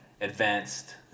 advanced